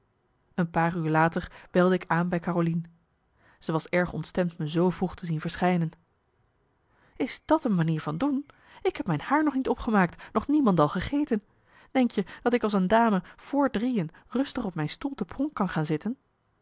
een paar uur later belde ik aan bij carolien ze was erg ontstemd me zoo vroeg te zien verschijnen is dat een manier van doen ik heb mijn haar nog niet opgemaakt nog niemendal gegeten denk je dat ik als een dame vr drieën rustig op mijn stoel te pronk kan gaan zitten